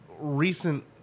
recent